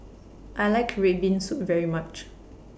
I like Red Bean Soup very much